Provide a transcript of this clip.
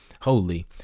holy